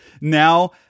now